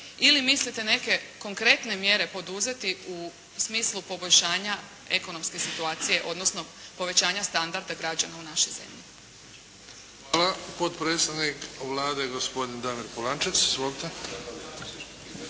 ili mislite neke konkretne mjere poduzeti u smislu poboljšanja ekonomske situacije odnosno povećanja standarda građana u našoj zemlji? **Bebić, Luka (HDZ)** Hvala. Potpredsjednik Vlade gospodin Damir Polančec. Izvolite.